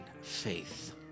faith